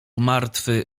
martwy